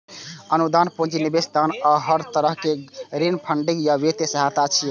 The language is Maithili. अनुदान, पूंजी निवेश, दान आ हर तरहक ऋण फंडिंग या वित्तीय सहायता छियै